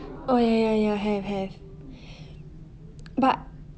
oh ya ya ya have have but